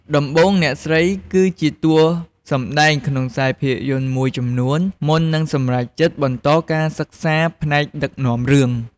ដំបូងអ្នកស្រីគឺជាតួសម្តែងក្នុងខ្សែភាពយន្តមួយចំនួន មុននឹងសម្រេចចិត្តបន្តការសិក្សាផ្នែកដឹកនាំរឿង។